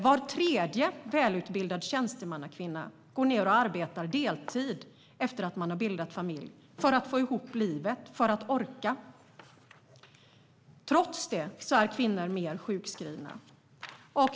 Var tredje välutbildad tjänstemannakvinna börjar arbeta deltid efter att man har bildat familj för att få ihop livet och för att orka. Trots det är kvinnor mer sjukskrivna.